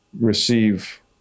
receive